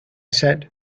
said